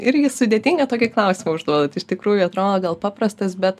irgi sudėtingą tokį klausimą užduodat iš tikrųjų atrodo gal paprastas bet